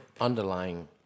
underlying